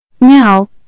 Now